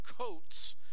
coats